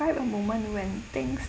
write a moment when things